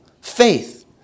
faith